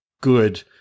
good